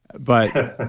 but,